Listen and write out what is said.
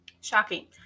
Shocking